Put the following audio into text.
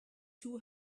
two